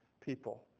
people